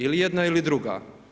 Ili jedna ili druga.